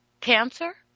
cancer